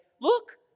Look